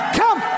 come